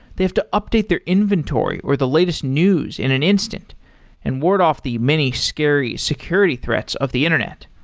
they have to update their inventory or the latest news in an instant and ward off the many scary security threats of the internet.